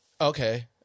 Okay